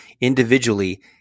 individually